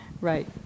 right